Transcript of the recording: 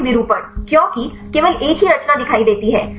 अधिक विरूपण क्योंकि केवल एक ही रचना दिखाई देती है